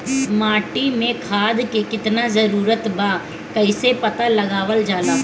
माटी मे खाद के कितना जरूरत बा कइसे पता लगावल जाला?